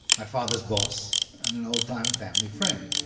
my father's boss, and an old time family friend